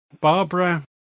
Barbara